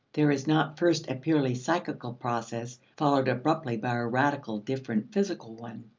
there is not first a purely psychical process, followed abruptly by a radically different physical one.